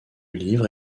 livre